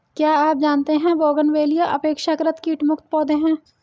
क्या आप जानते है बोगनवेलिया अपेक्षाकृत कीट मुक्त पौधे हैं?